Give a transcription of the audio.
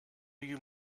you